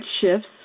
shifts